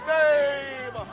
name